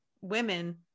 women